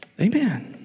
Amen